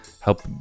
help